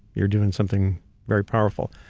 you're doing something very powerful.